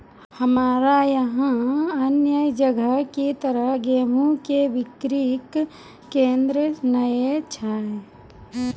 हमरा यहाँ अन्य जगह की तरह गेहूँ के बिक्री केन्द्रऽक नैय छैय?